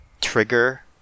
trigger